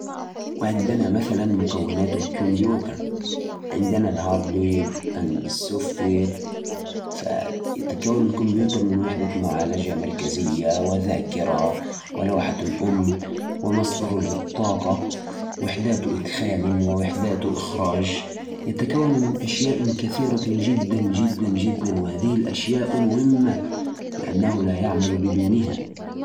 الكمبيوتر يتكون من مكونات رئيسية مهمة. أولها المعالج، اللي يعتبر عقل الكمبيوتر وينفذ الأوامر. كمان فيه ذاكرة للتخزين المؤقت والسرعة. بعدين عندنا القرص الصلب لتخزين البيانات بشكل دائم. وأخيراً، بطاقة الشاشة، اللي تعرض الصور والفيديوهات على الشاشة.